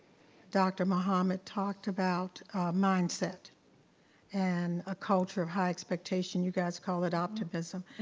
dr. muhammad talked about mindset and a culture of high expectation, you guys call it optimism,